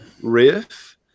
riff